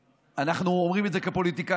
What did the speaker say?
אנחנו לא אומרים את זה כפוליטיקאים.